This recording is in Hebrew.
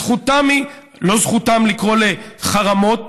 לא זכותם לקרוא לחרמות,